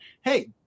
Hey